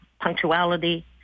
punctuality